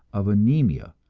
of anemia,